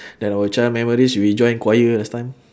then our child memories we join choir last time